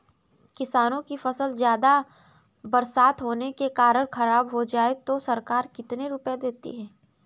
किसानों की फसल ज्यादा बरसात होने के कारण खराब हो जाए तो सरकार कितने रुपये देती है?